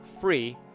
free